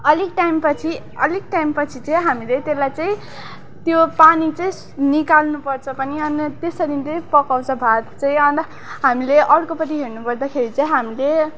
अलिक टाइमपछि अलिक टाइमपछि चाहिँ हामीले त्यसलाई चाहिँ त्यो पानी चाहिँ निकाल्नु पर्छ पनि अनि त्यसरी चाहिँ पकाउँछ भात चाहिँ अन्त हामीले अर्कोपटि हेर्नु पर्दाखेरि चाहिँ हामीले